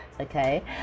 Okay